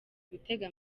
gutega